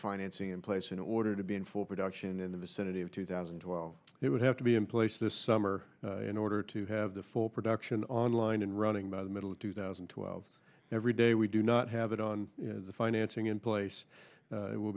financing in place in order to be in full production in the vicinity of two thousand and twelve it would have to be in place this summer in order to have the full production online and running by the middle of two thousand and twelve every day we do not have it on the financing in place it will